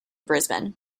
brisbane